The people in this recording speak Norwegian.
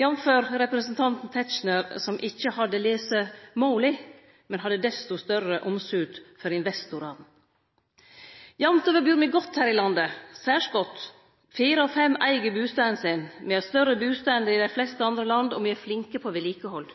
jamfør representanten Tetzschner, som ikkje hadde lese måla, men som hadde desto større omsut for investorar. Jamt over bur me godt her i landet – særs godt. Fire av fem eig bustaden sin. Me har større bustader enn i dei fleste andre land, og me er flinke på vedlikehald.